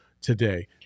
today